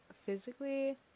physically